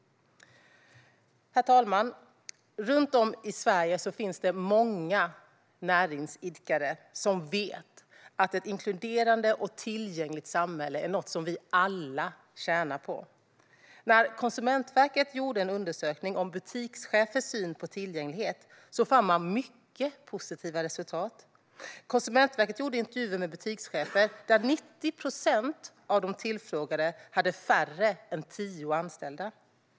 Herr talman! Runt om i Sverige finns det många näringsidkare som vet att ett inkluderande och tillgängligt samhälle är något som vi alla tjänar på. När Konsumentverket gjorde en undersökning om butikschefers syn på tillgänglighet fann man mycket positiva resultat. Konsumentverket gjorde intervjuer med butikschefer, där 90 procent av de tillfrågade hade färre än tio anställda.